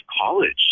college